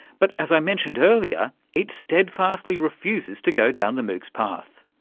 but, as i mentioned earlier, it steadfastly refuses to go down the moocs path.